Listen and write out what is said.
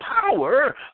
power